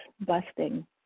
busting